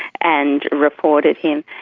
and reported him.